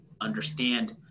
understand